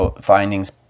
findings